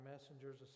messengers